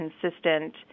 consistent